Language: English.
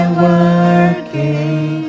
working